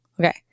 Okay